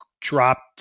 dropped